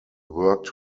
worked